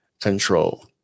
control